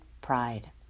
pride